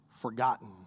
forgotten